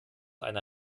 eine